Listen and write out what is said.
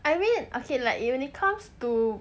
I mean ok like it when it comes to